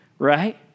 right